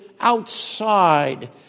outside